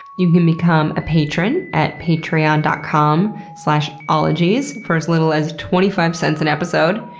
you can become a patron at patreon dot com slash ologies, for as little as twenty five cents an episode.